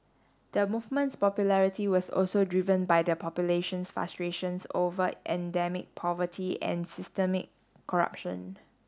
the movement's popularity was also driven by the population's frustrations over endemic poverty and systemic corruption